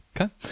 Okay